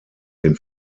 den